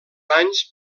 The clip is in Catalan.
anys